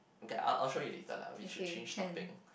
okay I'll show you later lah we should change topic